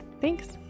Thanks